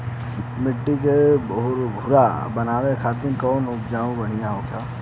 मिट्टी के भूरभूरा बनावे खातिर कवन उर्वरक भड़िया होखेला?